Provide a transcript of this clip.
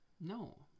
No